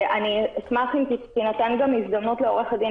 אני אשמח תינתן גם הזדמנות לעורכת הדין